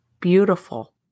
beautiful